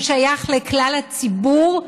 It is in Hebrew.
הוא שייך לכלל הציבור,